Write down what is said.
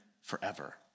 forever